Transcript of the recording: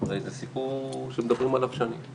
זה סיפור שמדברים עליו שנים.